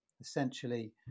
essentially